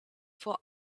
for